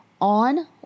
On